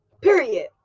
Period